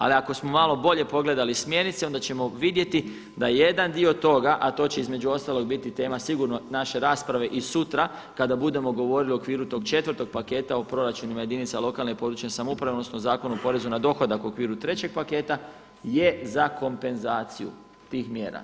Ali ako smo malo bolje pogledali smjernice onda ćemo vidjeti da jedan dio toga, a to će između ostalog biti tema sigurno naše rasprave i sutra kada budemo govorili u okviru tog četvrtog paketa o proračunima jedinica lokalne i područne samouprave, odnosno Zakonu o porezu na dohodak u okviru trećeg paketa, je za kompenzaciju tih mjera.